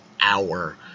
hour